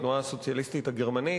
התנועה הסוציאליסטית הגרמנית,